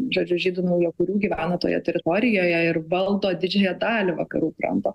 žodžiu žydų naujakurių gyvena toje teritorijoje ir valdo didžiąją dalį vakarų kranto